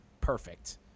Perfect